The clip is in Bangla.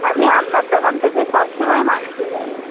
আমি আপনার দোকান থেকে সব সময় মাংস নিই